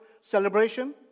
celebration